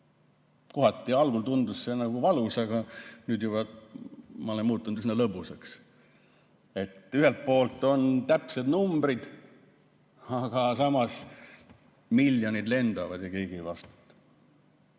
ka. Algul tundus see nagu valus, aga nüüd ma olen muutunud üsna lõbusaks. Ühelt poolt on täpsed numbrid, aga samas miljonid lendavad ja keegi ei vastuta.